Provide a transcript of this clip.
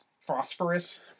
phosphorus